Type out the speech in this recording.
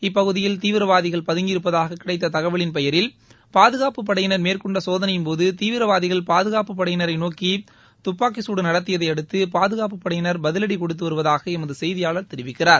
இப்பகுதியில் தீவிரவாதிகள் பதுங்கியிருப்பதாக கிடைத்த தகவலின் பெயரில் பாதுகாப்புப் படையினர் மேற்கொண்ட சோதனையின் போது தீவிரவாதிகள் பாதுகாப்பு படையினரை நோக்கி துப்பாக்கிச் சூடு நடத்தியதை அடுத்து பாதுகாப்பு படையினர் பதிலடி கொடுத்து வருவதாக எமது செய்தியாளர் தெரிவிக்கிறார்